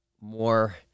more